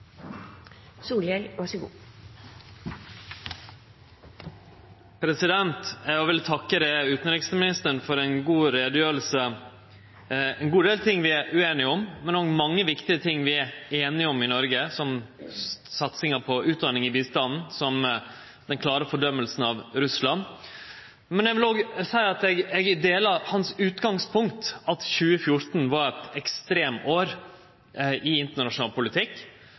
Eg vil også takke utanriksministeren for ei god utgreiing. Ein god del ting er vi ueinige om, men det er mange viktige ting vi er einige om i Noreg, som satsinga på utdanning i bistanden, som den klare fordøminga av Russland. Eg vil også seie at eg deler utgangspunktet hans, at 2014 var eit ekstremår i internasjonal politikk,